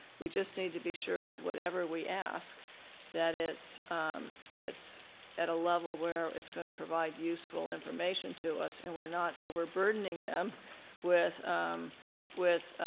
we just need to be sure that whatever we ask that it's it's at a level where it's going to provide useful information to us and we're not overburdening them with with